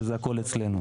שזה הכול אצלנו.